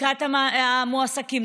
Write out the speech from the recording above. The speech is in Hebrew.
לקראת המועסקים,